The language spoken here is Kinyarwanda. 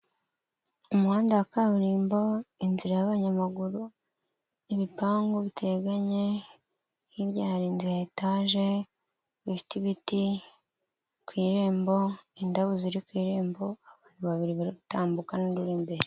Umuhanda wa kaburimbo inzira y'abanyamaguru, ibipangu biteganye hirya hari inzu ya etaje ifite ibiti, ku irembo indabo ziri ku irembo abantu babiri bari gutambuka n'undi uri imbere.